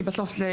כי בסוף זה